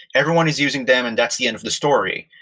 everyone is using them and that's the end of the story.